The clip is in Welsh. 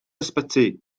ysbyty